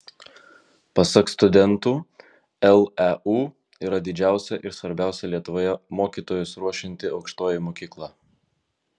pasak studentų leu yra didžiausia ir svarbiausia lietuvoje mokytojus ruošianti aukštoji mokykla